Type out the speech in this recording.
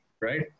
right